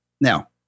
Now